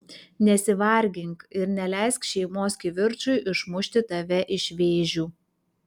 nesivargink ir neleisk šeimos kivirčui išmušti tave iš vėžių